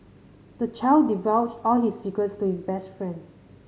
the child divulged all his secrets to his best friend